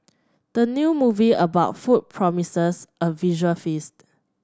the new movie about food promises a visual feast